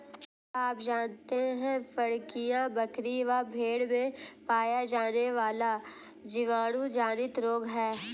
क्या आप जानते है फड़कियां, बकरी व भेड़ में पाया जाने वाला जीवाणु जनित रोग है?